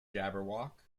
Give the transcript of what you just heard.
jabberwock